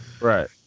Right